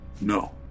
No